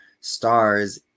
stars